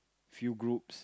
few groups